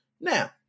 now